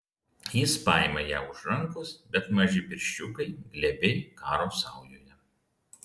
jis paima ją už rankos bet maži pirščiukai glebiai karo saujoje